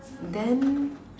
then